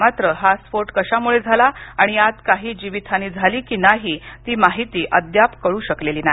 मात्र हा स्फोट कशामुळे झाला आणि यात काही जीवितहानी झाली की नाही ती माहिती अद्याप कळू शकलेली नाही